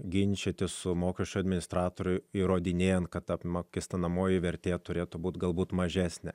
ginčytis su mokesčių administratorių įrodinėjant kad apmokestinamoji vertė turėtų būti galbūt mažesnė